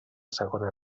segona